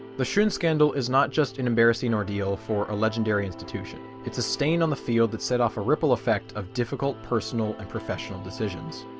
the schon scandal is not just an embarrassing ordeal for a legendary institution, it's a stain on the field that set off a ripple effect of difficult personal and professional decisions.